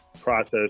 process